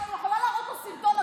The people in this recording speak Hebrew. אני יכולה להראות לו סרטון,